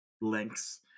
lengths